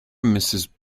mrs